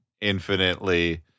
infinitely